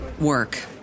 work